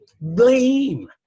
blame